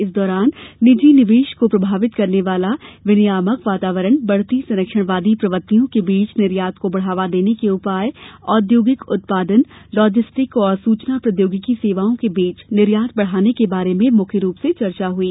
इस दौरान निजी निवेश को प्रभावित करने वाला विनियामक वातावरण बढ़ती सरंक्षणवादी प्रवृत्तियों के बीच निर्यात को बढ़ावा देने के उपाय औद्योगिक उत्पादिन लॉजिस्टिक और सूचना प्रौद्योगिकी सेवाओं के बीच निर्यात बढ़ाने के बारे में मुख्य रूप से चर्चा हुई